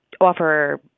offer